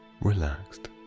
relaxed